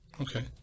Okay